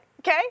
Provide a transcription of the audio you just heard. Okay